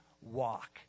walk